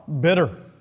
bitter